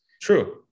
True